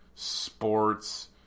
sports